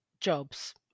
jobs